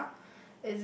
SaPa